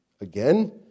again